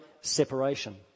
separation